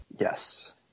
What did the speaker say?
Yes